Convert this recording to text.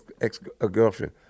ex-girlfriend